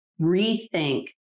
rethink